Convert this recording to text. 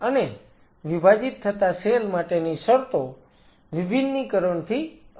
અને વિભાજીત થતા સેલ માટેની શરતો વિભિન્નીકરણ થી અલગ છે